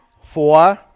Four